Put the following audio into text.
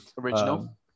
Original